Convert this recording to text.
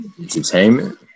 Entertainment